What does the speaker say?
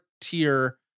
tier